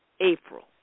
April